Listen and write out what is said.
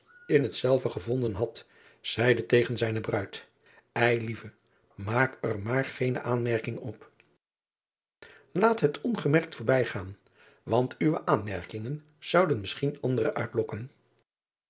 in hetzelve gevonden had zeide tegen zijne ruid ilieve maak er maar geene aan driaan oosjes zn et leven van aurits ijnslager merking op aat het ongemerkt voorbijgaan want uwe aanmerkingen zouden misschien andere uitlokken